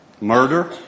murder